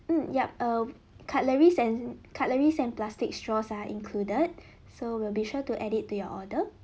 mm yup um cutleries and cutleries and plastic straws are included so we'll be sure to add it to your order